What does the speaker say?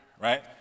right